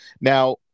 Now